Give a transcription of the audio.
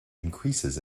increases